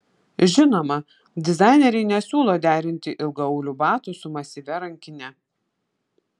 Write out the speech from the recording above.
žinoma dizaineriai nesiūlo derinti ilgaaulių batų su masyvia rankine